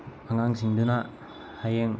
ꯑꯉꯥꯡꯁꯤꯡꯗꯨꯅ ꯍꯌꯦꯡ